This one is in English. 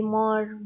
more